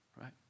Right